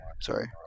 Sorry